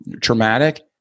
traumatic